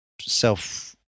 Self